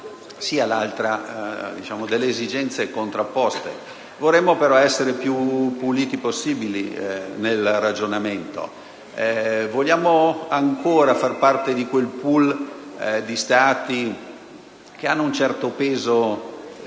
entrambe le esigenze contrapposte. Vorremmo però essere più chiari possibile nel ragionamento. Vogliamo ancora far parte di quel *pool* di Stati che hanno un certo peso